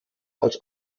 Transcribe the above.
als